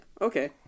Okay